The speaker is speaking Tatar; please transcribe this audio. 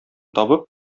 табып